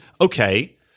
okay